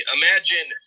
imagine